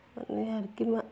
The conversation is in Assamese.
মানে আৰু কিমান